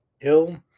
ill